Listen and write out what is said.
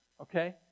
okay